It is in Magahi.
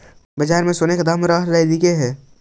बाजार में सोने का दाम का चल रहलइ हे